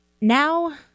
Now